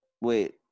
Wait